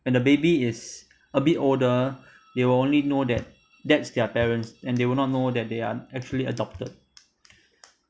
when the baby is a bit older they will only know that that's their parents and they will not know that they are actually adopted